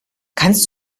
kannst